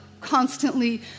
constantly